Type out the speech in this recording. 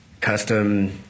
Custom